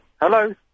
Hello